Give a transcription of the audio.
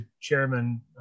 chairman